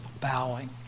bowing